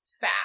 fat